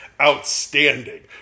outstanding